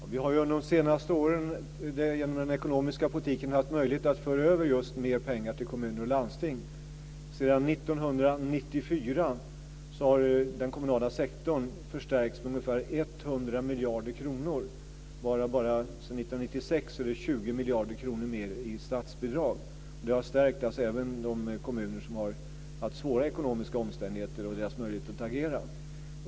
Fru talman! Vi har under de senaste åren genom den ekonomiska politiken haft möjlighet att föra över mer pengar till just kommuner och landsting. Sedan 1994 har den kommunala sektorn förstärkts med ungefär 100 miljarder kronor. Bara sedan 1996 är det 20 miljarder kronor mer i statsbidrag. Det har även stärkt de kommuner som har haft svåra ekonomiska omständigheter och deras möjligheter att agera.